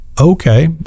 Okay